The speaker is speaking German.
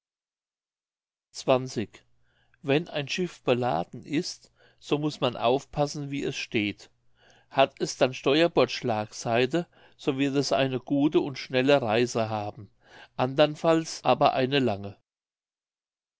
wenn ein schiff beladen ist so muß man aufpassen wie es steht hat es dann steuerbord schlagseite so wird es eine gute und schnelle reise haben andern falls aber eine lange